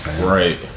Right